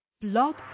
Blog